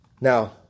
Now